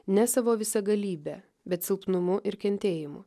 ne savo visagalybe bet silpnumu ir kentėjimu